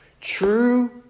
True